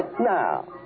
Now